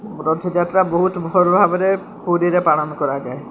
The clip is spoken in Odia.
ରଥଯାତ୍ରା ବହୁତ ଭଲ ଭାବରେ ପୁରୀରେ ପାଳନ କରାଯାଏ